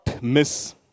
miss